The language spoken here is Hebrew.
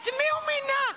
את מי הוא מינה?